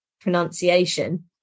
pronunciation